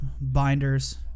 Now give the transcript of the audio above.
binders